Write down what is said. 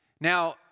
Now